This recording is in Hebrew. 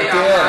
אבל תראה,